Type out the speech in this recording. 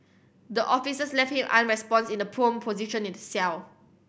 the officers left him unresponsive in the prone position in the cell